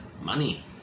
Money